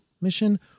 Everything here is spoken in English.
mission